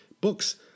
books